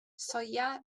soia